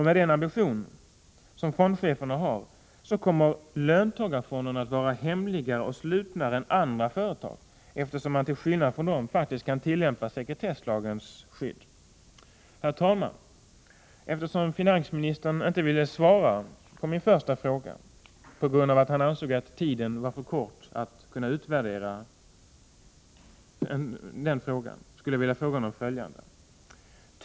Med den ambition som fondcheferna har kommer löntagarfonderna att vara hemligare och slutnare än andra företag, eftersom de, till skillnad från företagen, faktiskt kan tillämpa sekretesslagens skydd. Herr talman! Eftersom finansministern inte ville svara på min första fråga, på grund av att han ansåg att fonderna funnits för kort tid för att kunna utvärderas, skulle jag vilja fråga honom följande: 1.